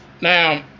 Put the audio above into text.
Now